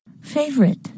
Favorite